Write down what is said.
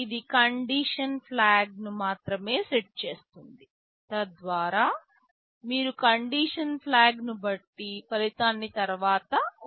ఇది కండిషన్ ఫ్లాగ్ను మాత్రమే సెట్ చేస్తుంది తద్వారా మీరు కండిషన్ ఫ్లాగ్ను బట్టి ఆ ఫలితాన్ని తర్వాత ఉపయోగించవచ్చు